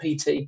PT